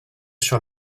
sur